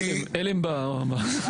הלם, הלם.